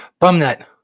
Bumnet